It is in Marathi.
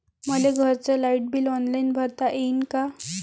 मले घरचं लाईट बिल ऑनलाईन भरता येईन का?